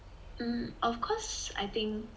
hmm of course I think